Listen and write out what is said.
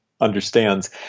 understands